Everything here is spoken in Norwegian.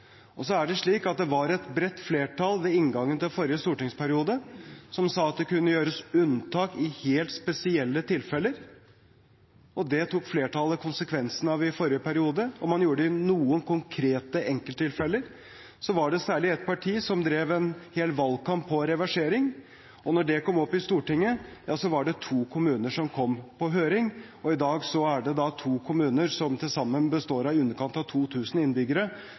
enkelttilfeller. Så var det særlig ett parti som drev en hel valgkamp på reversering. Da det kom opp i Stortinget, var det to kommuner som kom på høring. I dag er det da to kommuner, som til sammen består av i underkant av 2 000 innbyggere,